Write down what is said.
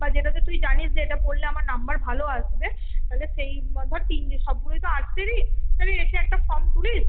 বা যেটাতে তুই জানিস যে এটা পড়লে আমার নাম্বার ভালো আসবে তাহলে সেই ধর তিন সবগুলোই তো আর্টসেরই তাহলে এসে একটা ফর্ম তুলিস